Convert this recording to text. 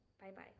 Bye-bye